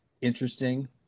interesting